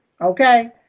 okay